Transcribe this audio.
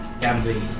gambling